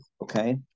Okay